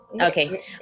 Okay